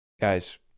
guys